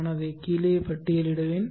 நான் அதை கீழே பட்டியலிடுவேன்